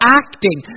acting